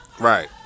Right